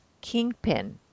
Kingpin